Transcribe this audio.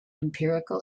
empirical